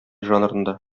жанрында